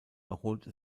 erholte